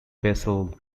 basel